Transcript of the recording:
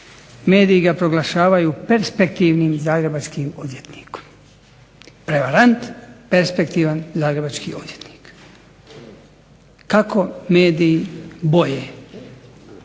mediji ga proglašavaju perspektivnim zagrebačkim odvjetnikom. Prevarant – perspektivan zagrebački odvjetnik. Kako mediji boje,